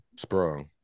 sprung